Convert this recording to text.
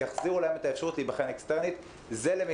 יחזירו להם את האפשרות להיבחן אקסטרנית ולמיטב